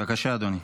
בבקשה, אדוני.